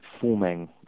forming